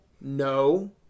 no